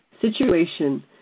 situation